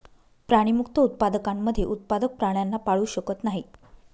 प्राणीमुक्त उत्पादकांमध्ये उत्पादक प्राण्यांना पाळू शकत नाही